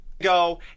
Go